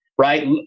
Right